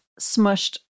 smushed